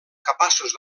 capaços